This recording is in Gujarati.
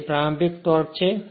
જે પ્રારંભિક ટોર્ક છે